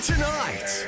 Tonight